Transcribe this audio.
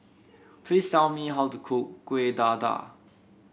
please tell me how to cook Kuih Dadar